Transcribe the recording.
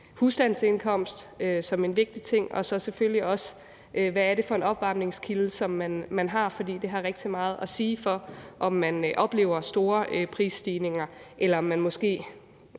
husstandsindkomst som en vigtig ting og så selvfølgelig også, hvad det er for en opvarmningskilde, man har. For det har rigtig meget at sige, i forhold til om man oplever store prisstigninger, eller om man måske